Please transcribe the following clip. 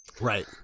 Right